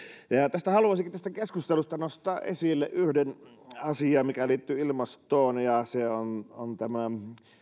haluaisinkin tästä keskustelusta nostaa esille yhden asian mikä liittyy ilmastoon ja se on on tämä